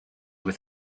with